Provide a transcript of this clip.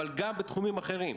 אבל גם בתחומים אחרים.